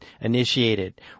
initiated